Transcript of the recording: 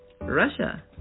Russia